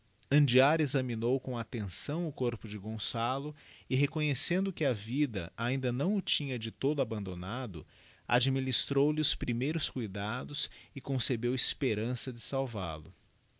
andiára examinou com attençào o corpo de gonçalo e reconhecendo que a vida ainda nau o tinha de todo abandonado administrou lhe os primeiros cuidados e concebeu esperança de salvai